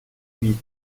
huit